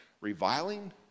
reviling